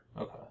Okay